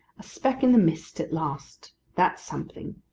a speck in the mist, at last! that's something.